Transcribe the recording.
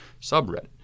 subreddit